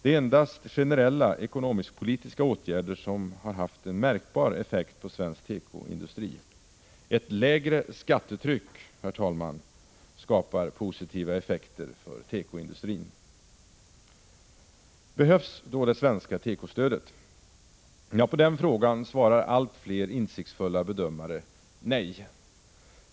Det är endast generella ekonomisk-politiska åtgärder som har haft en märkbar effekt på svensk tekoindustri. Ett lägre skattetryck, herr talman, skapar positiva effekter för tekoindustrin. Behövs det svenska tekostödet? På den frågan svarar allt fler insiktsfulla bedömare: Nej!